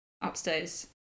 upstairs